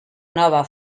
nova